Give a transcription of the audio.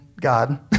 God